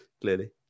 clearly